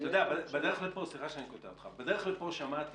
אתה יודע סליחה שאני קוטע אותך בדרך לפה שמעתי